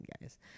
Guys